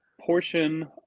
portion